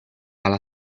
alla